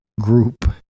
group